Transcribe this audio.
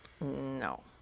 No